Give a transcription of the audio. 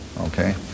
okay